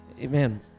Amen